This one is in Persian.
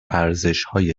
ارزشهای